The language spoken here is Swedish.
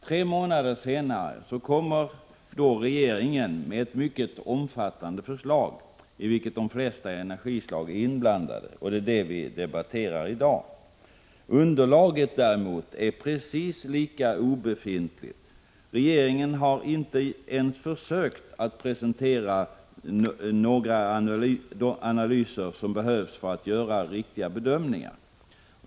Tre månader senare kommer regeringen med ett mycket omfattande förslag som gäller de flesta energislagen, och det är detta förslag som vi i dag debatterar. Men underlaget är precis lika obefintligt som förslaget är omfattande. Regeringen har inte ens försökt att presentera de analyser som behövs för att man skall kunna göra riktiga bedömningar.